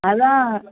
அதான்